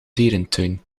dierentuin